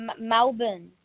Melbourne